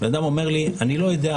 בן אדם אומר לי: אני לא יודע,